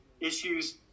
issues